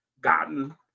gotten